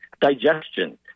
digestion